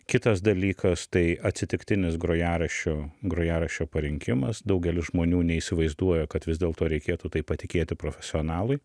kitas dalykas tai atsitiktinis grojaraščių grojaraščio parinkimas daugelis žmonių neįsivaizduoja kad vis dėlto reikėtų tai patikėti profesionalui